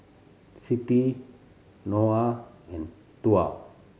Siti Noah and Tuah